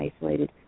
isolated